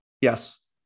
Yes